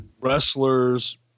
Wrestlers